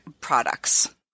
products